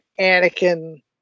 Anakin